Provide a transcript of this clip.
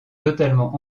totalement